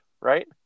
right